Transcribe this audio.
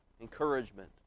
encouragement